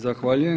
Zahvaljujem.